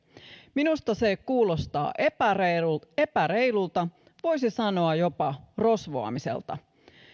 minusta se kuulostaa epäreilulta epäreilulta voisi sanoa jopa rosvoamiselta